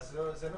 ואז זה לא